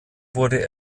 wurde